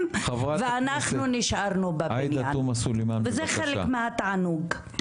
ואנחנו נשארנו בבניין וזה חלק מהתענוג.